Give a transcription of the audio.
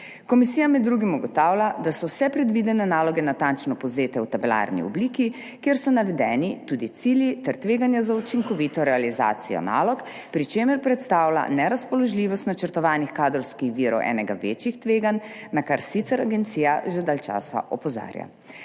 Komisija med drugim ugotavlja, da so vse predvidene naloge natančno povzete v tabelarni obliki, kjer so navedeni tudi cilji ter tveganja za učinkovito realizacijo nalog, pri čemer predstavlja nerazpoložljivost načrtovanih kadrovskih virov enega večjih tveganj, na kar sicer agencija že dalj časa opozarja.